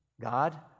God